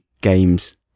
games